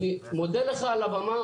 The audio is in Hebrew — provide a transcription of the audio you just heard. אני מודה לך על הבמה,